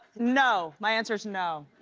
no, my answer is no.